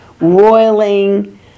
roiling